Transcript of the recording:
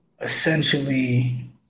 essentially